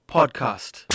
Podcast